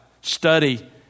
study